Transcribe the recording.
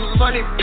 money